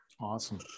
Awesome